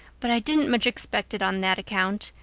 but i didn't much expect it on that account.